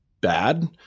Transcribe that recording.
bad